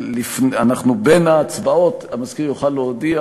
בין ההצבעות המזכיר יוכל להודיע,